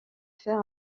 fer